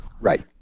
Right